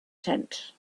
tent